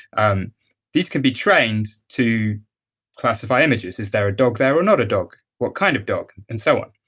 um these can be trained to classify images. is there a dog there are not a dog? what kind of dog? and so on